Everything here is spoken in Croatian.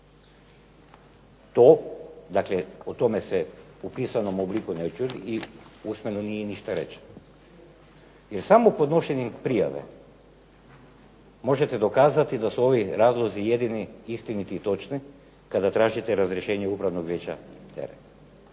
To dakle, o tome se u pisanom obliku neću i usmeno nije ništa rečeno. Jer samo podnošenjem prijave možete dokazati da su ovi razlozi jedini istiniti i točni kada tražite razrješenje Upravnog vijeća HERA-e.